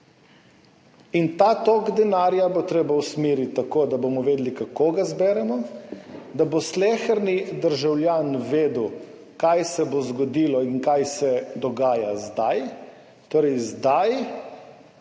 Ta tok denarja bo treba usmeriti tako, da bomo vedeli, kako ga zberemo, da bo sleherni državljan vedel, kaj se bo zgodilo in kaj se dogaja zdaj.